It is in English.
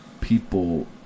people